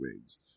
wigs